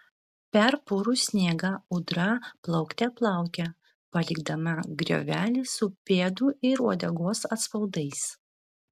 per purų sniegą ūdra plaukte plaukia palikdama griovelį su pėdų ir uodegos atspaudais